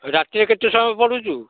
ରାତିରେ କେତେ ସମୟ ପଢ଼ୁଛୁ